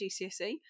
GCSE